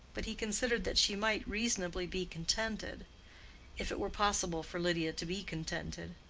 but he considered that she might reasonably be contented if it were possible for lydia to be contented.